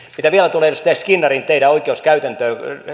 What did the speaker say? mitä vielä tulee teidän edustaja skinnari oikeuskäytäntöön